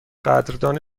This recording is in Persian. قدردان